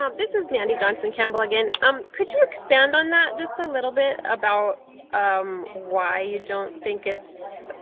ah this is mandy johnson campbell again. um could you expand on that just a little bit about um why you don't think it's